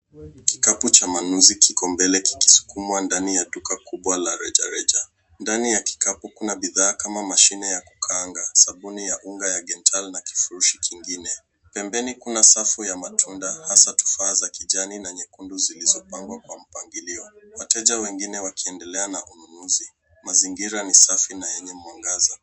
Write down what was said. Kikapu cha manunuzi kiko mbele kikusukumwa ndani ya duka kubwa la rejareja. Ndani ya kikapu kuna bidhaa kama mashine ya kukaanga, sabuni ya unga ya gental na kifurushi kingine. Pembeni kuna safu ya matunda hasa tufaa za kijani na nyekundu zilizopangwa kwa mpangilio. Wateja wengine wakiendelea na ununuzi. Mazingira ni safi na yenye mwangaza.